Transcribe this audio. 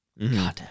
Goddamn